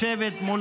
לשבת מול